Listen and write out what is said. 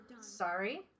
Sorry